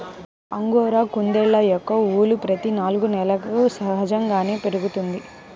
angora కుందేళ్ళ యొక్క ఊలు ప్రతి నాలుగు నెలలకు సహజంగానే పెరుగుతుంది